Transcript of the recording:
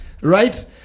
right